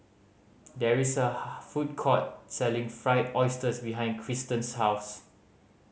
there is a food court selling Fried Oyster behind Kristan's house